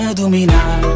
dominar